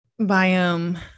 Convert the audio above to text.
biome